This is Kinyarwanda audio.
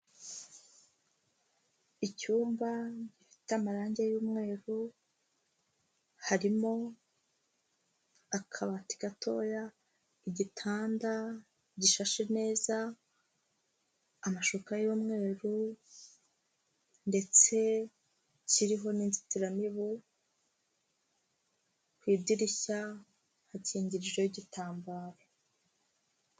Icyumba gifite amarangi y'umweru, harimo akabati gatoya, igitanda gishashe neza, amashuka y'umweru, ndetse kiriho n'inzitiramibu, ku idirishya hakingirijweho igitambaro.